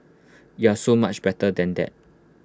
you are so much better than that